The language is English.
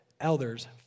elders